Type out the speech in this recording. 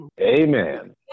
Amen